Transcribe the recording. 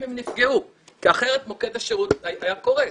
הם נפגעו כי אחרת מוקד השירות היה קורס.